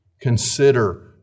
consider